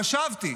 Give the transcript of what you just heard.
חשבתי